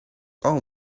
all